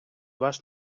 вас